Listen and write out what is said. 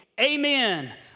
amen